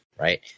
right